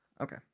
okay